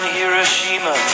Hiroshima